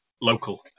local